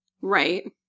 Right